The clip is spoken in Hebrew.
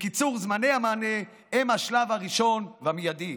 וקיצור זמני המענה הוא השלב הראשון והמיידי.